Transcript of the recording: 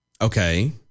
Okay